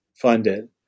funded